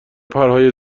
پرهای